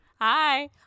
Hi